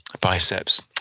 Biceps